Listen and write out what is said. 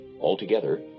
Altogether